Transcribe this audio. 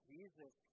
Jesus